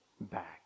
back